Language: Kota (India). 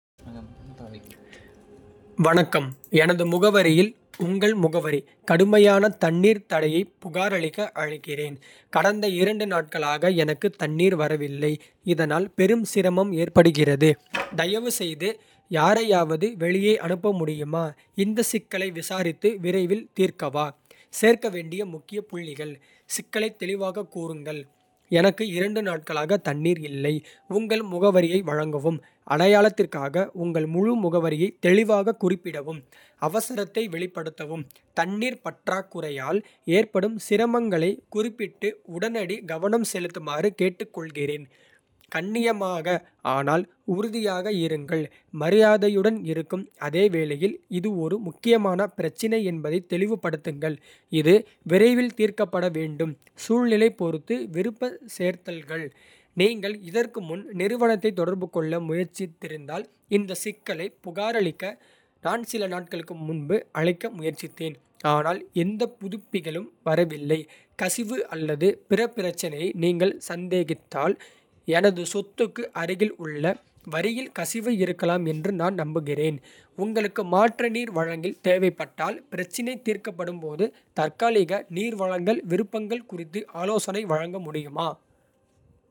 வணக்கம், எனது முகவரியில் [உங்கள் முகவரி] கடுமையான தண்ணீர் தடையைப் புகாரளிக்க அழைக்கிறேன். கடந்த இரண்டு நாட்களாக எனக்கு தண்ணீர் வரவில்லை, இதனால் பெரும் சிரமம் ஏற்படுகிறது. தயவுசெய்து யாரையாவது வெளியே அனுப்ப முடியுமா. இந்த சிக்கலை விசாரித்து விரைவில் தீர்க்கவா. சேர்க்க வேண்டிய முக்கிய புள்ளிகள். சிக்கலைத் தெளிவாகக் கூறுங்கள். எனக்கு இரண்டு நாட்களாக தண்ணீர் இல்லை. உங்கள் முகவரியை வழங்கவும் அடையாளத்திற்காக உங்கள் முழு முகவரியையும் தெளிவாகக் குறிப்பிடவும். அவசரத்தை வெளிப்படுத்தவும் தண்ணீர் பற்றாக்குறையால் ஏற்படும் சிரமங்களைக் குறிப்பிட்டு, உடனடி கவனம் செலுத்துமாறு கேட்டுக்கொள்கிறேன். கண்ணியமாக ஆனால் உறுதியாக இருங்கள் மரியாதையுடன் இருக்கும் அதே வேளையில், இது ஒரு முக்கியமான பிரச்சினை என்பதைத் தெளிவுபடுத்துங்கள், இது விரைவில் தீர்க்கப்பட வேண்டும். சூழ்நிலையைப் பொறுத்து விருப்ப சேர்த்தல்கள்: நீங்கள் இதற்கு முன் நிறுவனத்தைத் தொடர்பு கொள்ள முயற்சித்திருந்தால் இந்தச் சிக்கலைப் புகாரளிக்க நான் சில நாட்களுக்கு முன்பு அழைக்க முயற்சித்தேன், ஆனால் எந்தப் புதுப்பிப்புகளும் வரவில்லை. கசிவு அல்லது பிற பிரச்சனையை நீங்கள் சந்தேகித்தால் "எனது சொத்துக்கு அருகிலுள்ள வரியில் கசிவு இருக்கலாம் என்று நான் நம்புகிறேன். உங்களுக்கு மாற்று நீர் வழங்கல் தேவைப்பட்டால் பிரச்சினை தீர்க்கப்படும் போது, ​​தற்காலிக நீர் வழங்கல் விருப்பங்கள் குறித்து ஆலோசனை வழங்க முடியுமா.